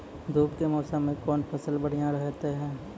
धूप के मौसम मे कौन फसल बढ़िया रहतै हैं?